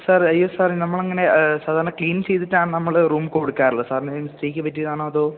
sir അയ്യോ sir നമ്മളങ്ങനെ സാധാരണ ക്ലീൻ ചെയ്തിട്ടാണ് നമ്മള് റൂം കൊടുക്കാറുള്ളത് സാറിന് മിസ്റ്റേക്ക് പറ്റിയതാണോ അതോ